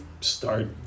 start